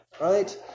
Right